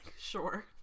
sure